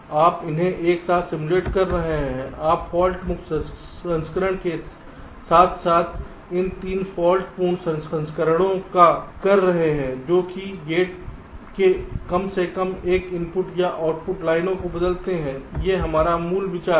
तो आप उन्हें एक साथ सिम्युलेट कर रहे हैं आप फाल्ट मुक्त संस्करण के साथ साथ इन 3 फाल्ट पूर्ण संस्करणों का कर रहे हैं जो कि गेट के कम से कम 1 इनपुट या आउटपुट लाइनों को बदलते हैं यह विचार है